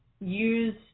use